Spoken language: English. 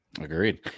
Agreed